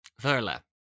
Verla